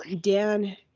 Dan